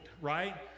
right